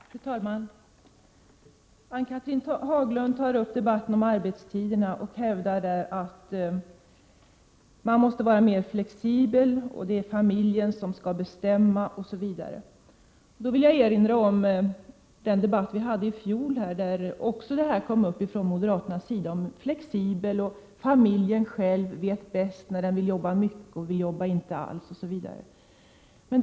Fru talman! Ann-Cathrine Haglund tar upp debatten om arbetstiderna och hävdar att man måste vara mer flexibel, att det är familjen som skall bestämma, osv. Jag vill då erinra om den debatt som vi hade i fjol, då moderaterna också talade om att vara flexibel, att familjen själv vet bäst när den vill jobba mycket och inte vill jobba alls, osv.